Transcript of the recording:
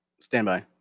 Standby